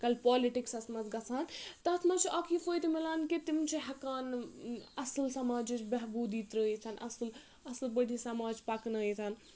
کَل پالٹِکسَس منٛز گژھان تَتھ منٛز چھُ اَکھ یہِ فٲیدٕ مِلان کہِ تِم چھِ ہؠکان اَصٕل سَماجٕچ بہبوٗدی ترٲیِتھ اَصٕل اَصٕل پٲٹھی سَماج پَکنٲیِتھ